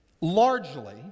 Largely